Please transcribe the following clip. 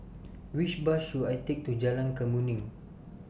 Which Bus should I Take to Jalan Kemuning